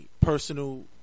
personal